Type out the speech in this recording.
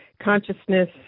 consciousness